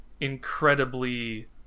incredibly